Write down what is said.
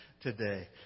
today